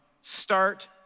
start